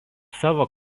savo